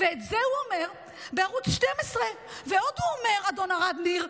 ואת זה הוא אומר בערוץ 12. ועוד אומר אדון ערד ניר,